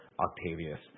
Octavius